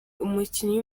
umukinnyi